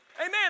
amen